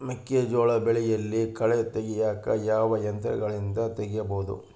ಮೆಕ್ಕೆಜೋಳ ಬೆಳೆಯಲ್ಲಿ ಕಳೆ ತೆಗಿಯಾಕ ಯಾವ ಯಂತ್ರಗಳಿಂದ ತೆಗಿಬಹುದು?